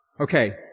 Okay